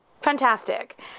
fantastic